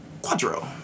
quadro